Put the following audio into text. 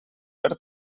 per